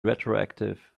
retroactive